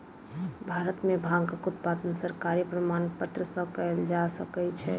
भारत में भांगक उत्पादन सरकारी प्रमाणपत्र सॅ कयल जा सकै छै